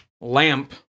lamp